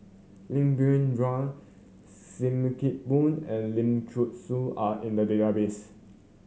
Lim Biow Chuan Sim Kee Boon and Lim Thean Soo are in the database